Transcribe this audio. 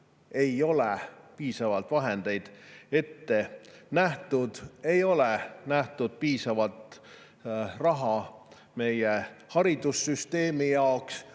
ei ole piisavalt vahendeid ette nähtud. Ei ole ette nähtud piisavalt raha meie haridussüsteemi jaoks,